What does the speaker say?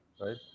right